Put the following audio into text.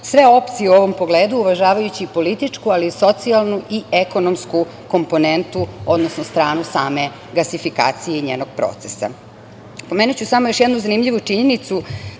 sve opcije u ovom pogledu, uvažavajući i političku, ali i socijalnu i ekonomsku komponentu, odnosno stranu same gasifikacije i njenog procesa. Pomenuću samo još jednu zanimljivu činjenicu,